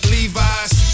Levi's